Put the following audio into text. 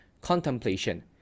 contemplation